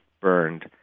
burned